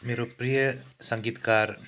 मेरो प्रिय सङ्गीतकार